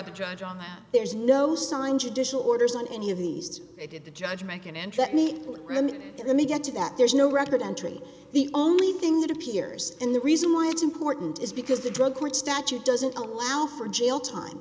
the judge on them there's no sign judicial orders on any of these did the judge make it into that make me get to that there's no record entry the only thing that appears in the reason why it's important is because the drug court statute doesn't allow for jail time